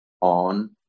on